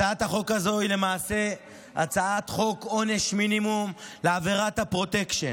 הצעת החוק הזאת היא לעונש מינימום על עבירת הפרוטקשן.